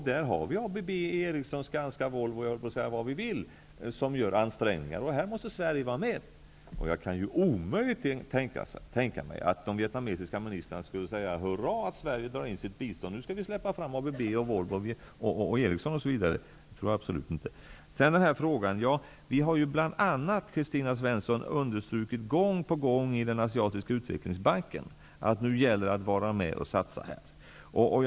Vi har ABB, Ericsson, Skanska, Volvo osv. som gör ansträngningar. Här måste Sverige vara med. Jag kan omöjligen tänka mig att de vietnamesiska ministrarna skulle säga hurra åt att Sverige drar in sitt bistånd, och att det är dags att släppa fram ABB, Volvo och Ericsson. Det tror jag absolut inte. Vi har ju gång på gång understrukit i Asiatiska utvecklingsbanken att det gäller att vara med och satsa nu, Kristina Svensson.